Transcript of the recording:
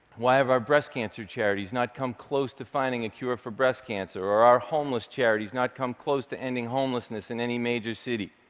why have our breast cancer charities not come close to finding a cure for breast cancer, or our homeless charities not come close to ending homelessness in any major city?